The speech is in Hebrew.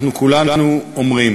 אנחנו כולנו אומרים: